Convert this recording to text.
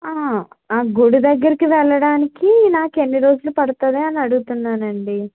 ఆ గుడి దగ్గరకి వెళ్ళడానికి నాకు ఎన్ని రోజులు పడుతుంది అని అడుగుతున్నానండి